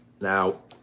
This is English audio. Now